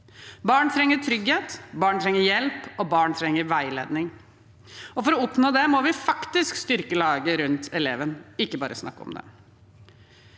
barn trenger veiledning. For å oppnå det må vi faktisk styrke laget rundt eleven, ikke bare snakke om det.